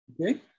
okay